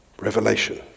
Revelation